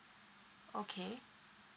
okay